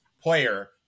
player